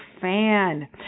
fan